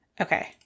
Okay